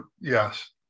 Yes